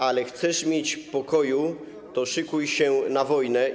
Ale chcesz mieć pokój, to szykuj się na wojnę.